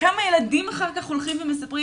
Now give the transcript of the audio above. כמה ילדים אחר כך הולכים ומספרים.